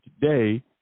today